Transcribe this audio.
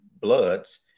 Bloods